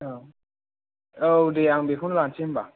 औ औ दे आं बिखौनो लानोसै होनबा